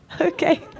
Okay